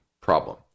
problem